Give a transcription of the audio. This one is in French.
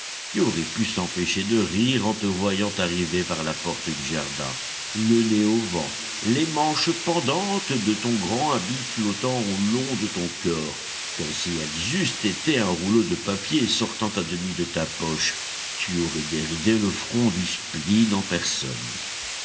qui aurait pu s'empêcher de rire en te voyant arriver par la porte du jardin le nez au vent les manches pendantes de ton grand habit flottant au long de ton corps comme si elles eussent été un rouleau de papier sortant à demi de ta poche tu aurais déridé le front du spleen en personne